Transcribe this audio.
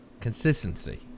consistency